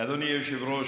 אדוני היושב-ראש,